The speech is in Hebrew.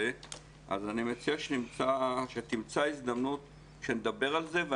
אני מציע שתמצא הזדמנות שנדבר על זה,